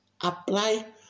Apply